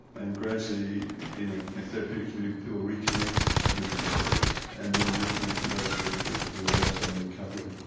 and gradually in a therapeutic community people reconnect with themselves and then reconnect with other people who are also in recovery.